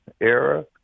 era